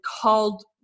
called